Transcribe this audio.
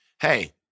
Hey